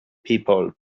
people